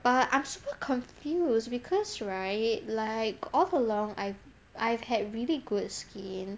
but I'm super confused because right like all along I I've had really good skin